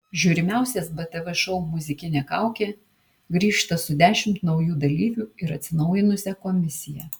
žiūrimiausias btv šou muzikinė kaukė grįžta su dešimt naujų dalyvių ir atsinaujinusia komisija